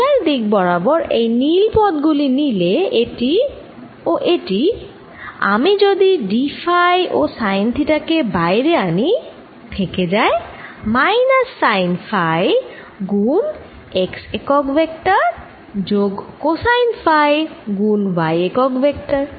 থিটার দিক বরাবর এই নীল পদ গুলি এটি ও এটি আমি যদি d ফাই ও সাইন থিটা কে বাইরে আনি থেকে যায় মাইনাস সাইন ফাই গুণ x একক ভেক্টর যোগ কোসাইন ফাই গুণ y একক ভেক্টর